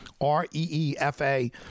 R-E-E-F-A